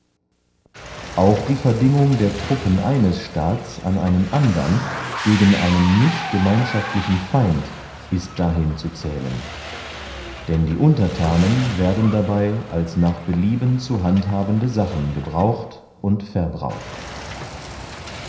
auch die verdingung der truppen eines staats an einen andern gegen einen nicht gemeinschaftlichen feind ist dahin zu zählen denn die unterthanen werden dabey als nach belieben zu handhabende sachen gebraucht und verbraucht